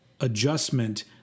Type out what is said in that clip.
adjustment